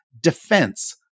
defense